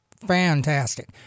fantastic